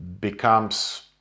becomes